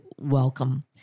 welcome